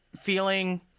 feeling